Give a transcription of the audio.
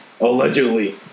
Allegedly